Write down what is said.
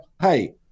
hey